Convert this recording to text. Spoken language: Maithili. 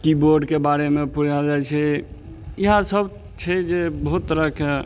की बोर्डके बारेमे पढ़ाएल जाइ छै इहए सब छै जे बहुत तरहके